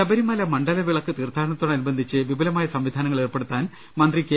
ശബരിമല മണ്ഡല വിളക്ക് തീർത്ഥാടനത്തോടനുബന്ധിച്ച് വിപുലമായ സംവിധാനങ്ങൾ ഏർപ്പെടുത്താൻ മന്ത്രി കെ